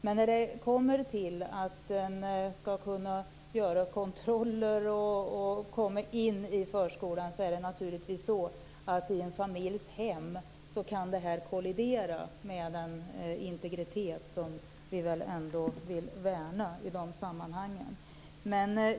Men när det handlar om att man skall kunna göra kontroller och komma in i förskolan kan det i en familjs hem kollidera med den integritet vi väl ändå vill värna i de här sammanhangen.